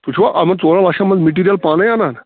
تُہۍ چھُوا یِمن ژورن لچھن منٛز مِٹیٖرل پانَے اَنان